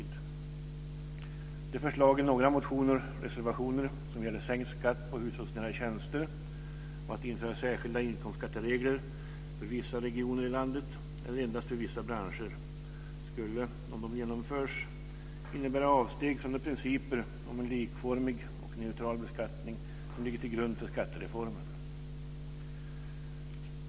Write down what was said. De förslag i några motioner och reservationer som gäller sänkt skatt på hushållsnära tjänster och införande av särskilda inkomstskatteregler för vissa regioner i landet eller endast för vissa branscher skulle, om de genomförs, innebära avsteg från principen om en likformig och neutral beskattning, som ligger till grund för skattereformen.